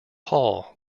paul